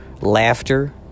Laughter